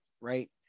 right